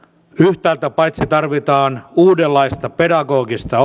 yhtäältä tarvitaan paitsi uudenlaista pedagogista